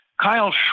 Kyle